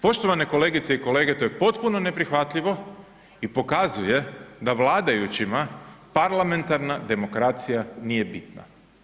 Poštovane kolegice i kolege, to je potpuno neprihvatljivo i pokazuje da vladajućima parlamentarna demokracija nije bitna.